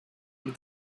with